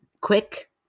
quick